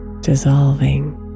dissolving